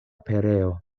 pereo